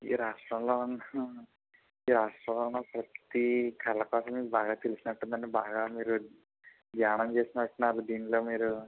ఈ రాష్ట్రంలో ఉన్న ఈ రాష్ట్రంలో ఉన్న ప్రతి కలపరని బాగా తెలిసినట్టుంది అండి బాగా మీరు జ్ఞానం చేసినట్టున్నారు దీనిలో మీరు